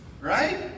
right